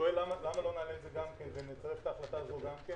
שואל למה לא נענה על זה גם כן ונצרף את ההחלטה הזאת גם כן?